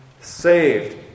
saved